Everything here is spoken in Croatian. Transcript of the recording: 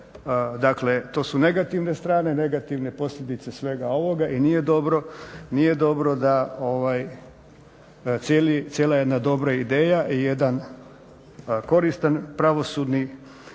Dakle, to su negativne strane, negativne posljedice svega ovoga. Nije dobro da cijela jedna dobra ideja i jedan koristan pravosudni